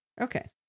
Okay